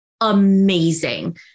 Amazing